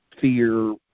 fear